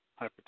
hypertension